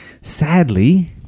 sadly